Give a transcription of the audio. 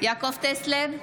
יעקב טסלר,